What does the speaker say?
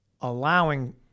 allowing